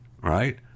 right